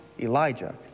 Elijah